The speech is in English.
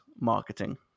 marketing